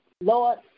Lord